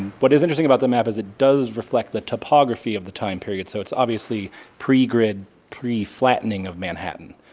what is interesting about the map is it does reflect the topography of the time period. so it's obviously pre-grid, pre-flattening of manhattan.